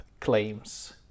claims